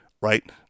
Right